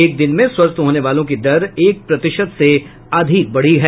एक दिन में स्वस्थ होने वालों की दर एक प्रतिशत से अधिक बढ़ी है